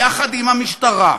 יחד עם המשטרה,